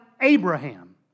Abraham